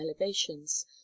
elevations